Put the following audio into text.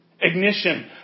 Ignition